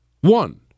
One